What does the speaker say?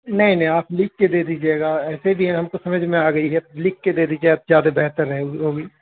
نہیں نہیں آپ لکھ کے دے دیجیے گا ایسے بھی ہم کو سمجھ میں آ گئی ہے لکھ کے دے دیجیے گا زیادہ بہتر رہے گی وہ بھی